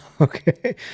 Okay